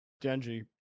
Genji